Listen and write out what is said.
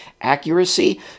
Accuracy